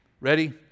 Ready